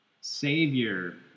Savior